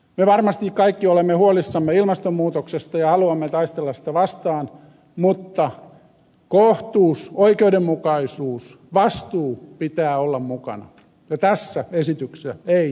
me varmasti kaikki olemme huolissamme ilmastonmuutoksesta ja haluamme taistella sitä vastaan mutta kohtuus oikeudenmukaisuus vastuu pitää olla mukana ja tästä esityksestä ei niitä löydy